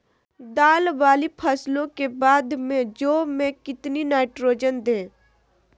दाल वाली फसलों के बाद में जौ में कितनी नाइट्रोजन दें?